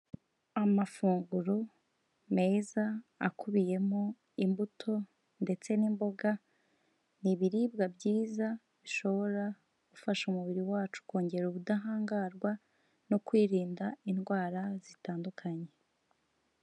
Amafunguro meza akubiyemo imbuto ndetse n'imboga, ni ibiribwa byiza bishobora gufasha umubiri wacu kongera ubudahangarwa no kwirinda indwara zitandukanye.